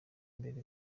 imbere